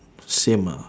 same ah